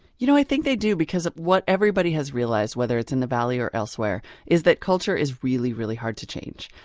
you know, i think they do, because what everybody has realized whether it's in the valley or elsewhere is that culture is really, really hard to change.